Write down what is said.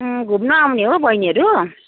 घुम्नु आउने हो बैनीहरू